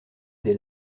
des